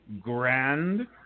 Grand